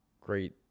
great